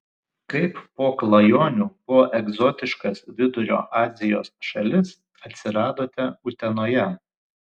kaip po klajonių po egzotiškas vidurio azijos šalis atsiradote utenoje